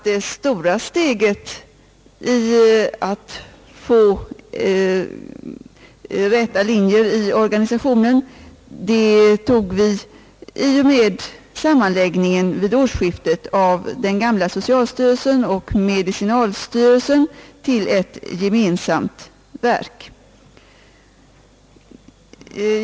Det stora steget på vägen togs vid årsskiftet i och med sammanläggningen av den gamla socialstyrelsen och medicinalstyrelsen.